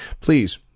please